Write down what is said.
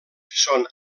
són